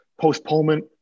postponement